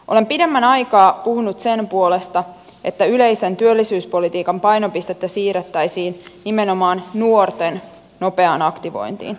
olen pidemmän aikaa puhunut sen puolesta että yleisen työllisyyspolitiikan painopistettä siirrettäisiin nimenomaan nuorten nopeaan aktivointiin